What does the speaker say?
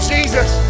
Jesus